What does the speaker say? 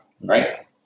Right